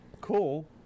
cool